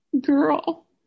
girl